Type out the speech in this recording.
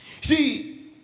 See